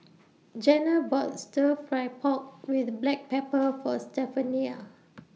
Janna bought Stir Fry Pork with Black Pepper For Stephania